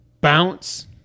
bounce